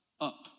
up